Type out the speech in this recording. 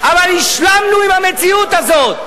אבל השלמנו עם המציאות הזו.